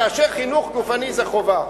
כאשר חינוך גופני זה חובה?